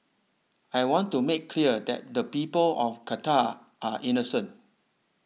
I want to make clear that the people of Qatar are innocent